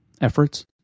efforts